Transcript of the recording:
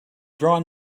drawn